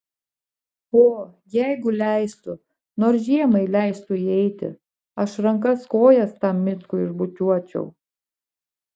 o jeigu leistų nors žiemai leistų įeiti aš rankas kojas tam mickui išbučiuočiau